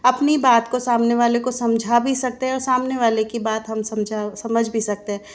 अपनी बात को सामने वाले को समझा भी सकते हैं और सामने वाले की बात हम समझा समझ भी सकते हैं